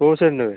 କେଉଁ ସେଟ ନେବେ